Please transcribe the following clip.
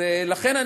לכן,